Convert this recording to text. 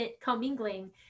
commingling